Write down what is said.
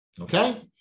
okay